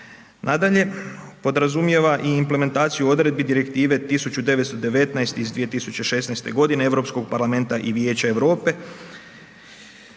Nadalje, podrazumijeva i implementaciju direktive 1919/2016 Europskog parlamenta i Vijeća EU-a